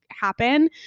happen